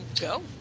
Go